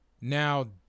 Now